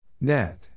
Net